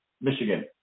Michigan